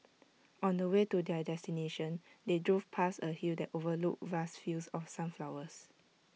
on the way to their destination they drove past A hill that overlooked vast fields of sunflowers